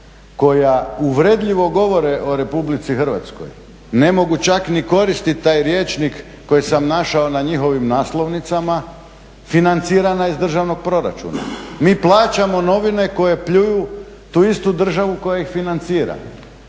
koja uvredljivo govore o Republici Hrvatskoj, ne mogu čak ni koristiti taj rječnik koji sam našao na njihovim naslovnicama, financirana iz državnog proračuna. Mi plaćamo novine koje pljuju tu istu državu koja ih financira.